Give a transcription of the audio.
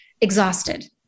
exhausted